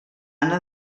anna